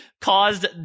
caused